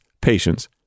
patience